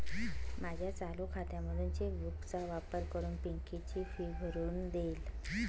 माझ्या चालू खात्यामधून चेक बुक चा वापर करून पिंकी ची फी भरून देईल